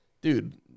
dude